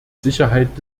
sicherheit